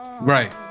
Right